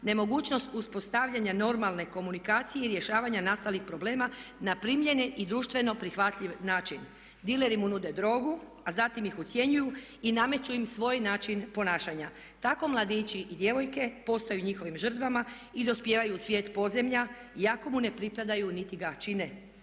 nemogućnost uspostavljanja normalne komunikacije i rješavanja nastalih problema na primjeren i društveno prihvatljiv način. Dileri mu nude drogu a zatim ih ucjenjuju i nameću im svoj način ponašanja. Tako mladih i djevojke postaju njihovim žrtvama i dospijevaju u svijet podzemlja iako mu ne pripadaju niti ga čine.